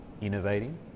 innovating